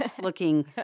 looking